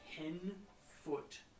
ten-foot